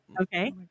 Okay